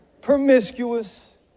promiscuous